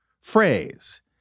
phrase